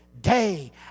day